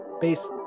peace